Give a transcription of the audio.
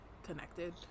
connected